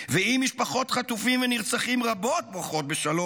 ואם משפחות חטופים ונרצחים רבות בוחרות בשלום,